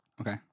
Okay